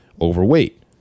overweight